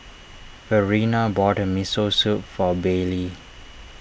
Verena bought a Miso Soup for Baylie